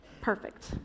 Perfect